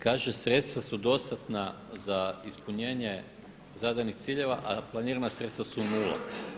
Kaže sredstva su dostatna za ispunjenje zadanih ciljeva, a planirana sredstva su nula.